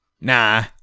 nah